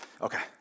Okay